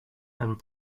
and